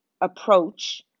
approach